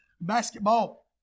basketball